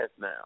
now